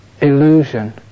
illusion